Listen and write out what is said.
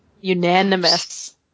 Unanimous